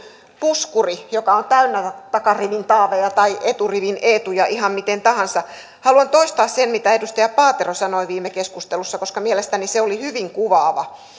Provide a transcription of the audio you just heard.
puskuri joka on täynnä takarivin taaveja tai eturivin eetuja ihan miten tahansa haluan toistaa sen mitä edustaja paatero sanoi viime keskustelussa koska mielestäni se oli hyvin kuvaava